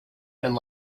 and